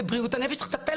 זה בריאות הנפש צריך לטפל.